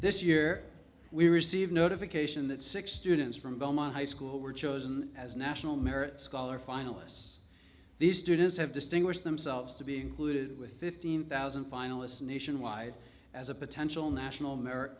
this year we received notification that six students from belmont high school were chosen as national merit scholar finalists these students have distinguished themselves to be included with fifteen thousand finalists nationwide as a potential national merit